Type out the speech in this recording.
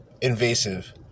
invasive